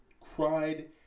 cried